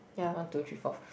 one two three four